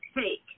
take